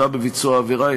הודאה בביצוע עבירה),